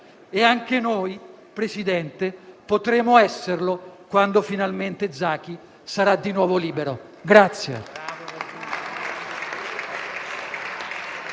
e anche noi, signor Presidente, potremo esserlo quando finalmente Zaki sarà di nuovo libero.